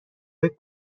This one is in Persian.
فکر